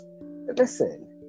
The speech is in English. listen